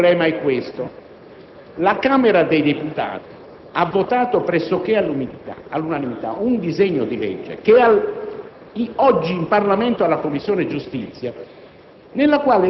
Il problema è il seguente: la Camera dei deputati ha votato pressoché all'unanimità un disegno di legge, che oggi è in Senato alla Commissione giustizia,